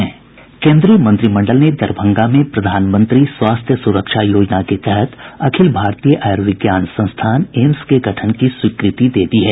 केंद्रीय मंत्रिमंडल ने दरभंगा में प्रधानमंत्री स्वास्थ्य सुरक्षा योजना के तहत अखिल भारतीय आयुर्विज्ञान संस्थान एम्स के गठन की स्वीकृति दे दी है